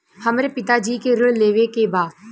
हमरे पिता जी के ऋण लेवे के बा?